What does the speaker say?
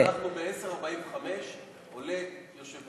ב-22:45 עולה יושב-ראש,